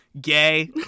Gay